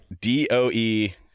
D-O-E